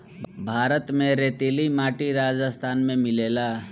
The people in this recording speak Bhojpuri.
भारत में रेतीली माटी राजस्थान में मिलेला